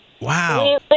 Wow